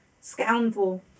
scoundrel